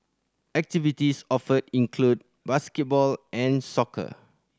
activities offered include basketball and soccer